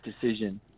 decision